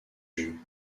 jus